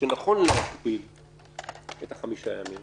שנכון להגביל את החמישה ימים